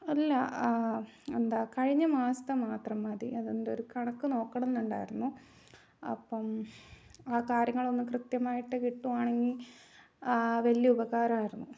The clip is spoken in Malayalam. അല്ല എന്താ കഴിഞ്ഞ മാസത്തെ മാത്രം മതി അതിൻ്റെ ഒരു കണക്ക് നോക്കണം എന്നുണ്ടായിരുന്നു അപ്പം ആ കാര്യങ്ങളൊന്ന് കൃത്യമായിട്ട് കിട്ടുകയാണെങ്കിൽ വലിയ ഉപകാരമായിരുന്നു